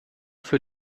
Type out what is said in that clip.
für